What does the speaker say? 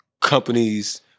companies